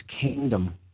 kingdom